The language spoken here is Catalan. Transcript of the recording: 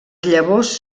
llavors